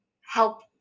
help